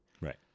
Right